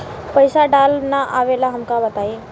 पईसा डाले ना आवेला हमका बताई?